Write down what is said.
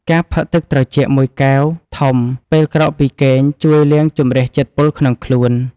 ការផឹកទឹកត្រជាក់មួយកែវធំពេលក្រោកពីគេង ជួយលាងជម្រះជាតិពុលក្នុងខ្លួន។